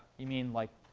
you mean, like,